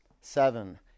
seven